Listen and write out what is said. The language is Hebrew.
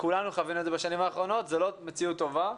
כולנו חווינו את זה בשנים האחרונות זו לא מציאות טובה.